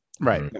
Right